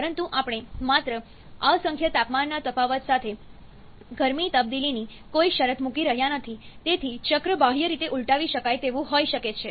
પરંતુ આપણે માત્ર અસંખ્ય તાપમાનના તફાવત સાથે ગરમી તબદીલીની કોઈ શરત મૂકી રહ્યા નથી તેથી ચક્ર બાહ્ય રીતે ઉલટાવી શકાય તેવું હોઈ શકે છે